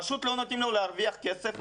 פשוט לא נותנים לו להרוויח כסף,